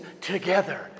together